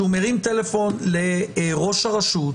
שהוא מרים טלפון לראש הרשות,